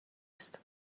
است